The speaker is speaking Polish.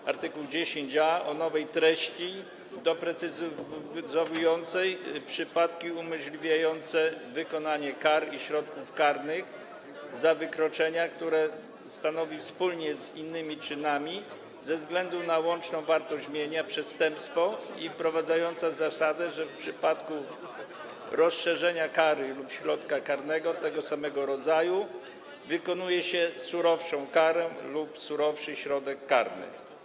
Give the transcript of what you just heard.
Dodano art. 10a o nowej treści, doprecyzowującej przypadki umożliwiające wykonanie kar i zastosowanie środków karnych za wykroczenie, które stanowi, wspólnie z innymi czynami, ze względu na łączną wartość mienia przestępstwo, i wprowadzającej zasadę, że w przypadku wymierzenia kary lub środka karnego tego samego rodzaju wykonuje się surowszą karę lub surowszy środek karny.